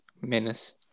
menace